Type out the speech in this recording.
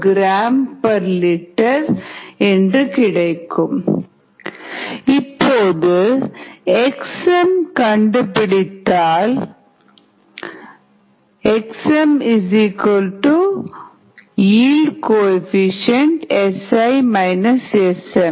14 gl இப்போது xm கண்டுபிடித்தால் xmYxsSi Sm0